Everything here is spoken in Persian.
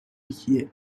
کیه